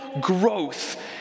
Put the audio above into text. growth